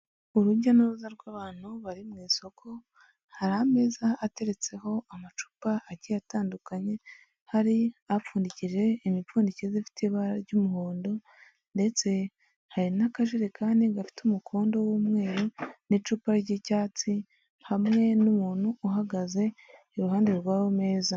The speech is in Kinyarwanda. Urujya n'uruza rw'abantu bari mu isoko, hari ameza ateretseho amacupa agiye atandukanye hari apfundikije imipfundikizo ifite ibara ry'umuhondo ndetse hari n'akajerekani gafite umukondo w'umweru n'icupa ry'icyatsi hamwe n'umuntu uhagaze iruhande rw'ayo meza.